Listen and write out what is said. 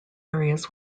areas